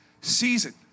season